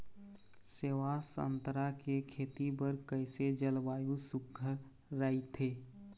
सेवा संतरा के खेती बर कइसे जलवायु सुघ्घर राईथे?